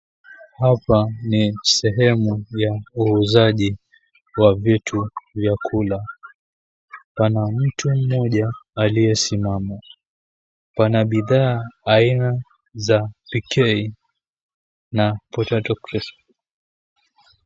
Hapa ni sehemu ya wauzaji wa vitu vya kula, pana mtu mmoja aliyesimama, pana bidhaa aina za, PK na Potato Crisps.